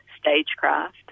stagecraft